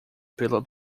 pela